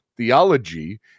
Theology